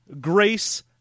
grace